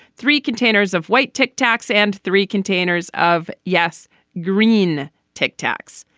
three containers of white tic tacs and three containers of yes green tic tacs.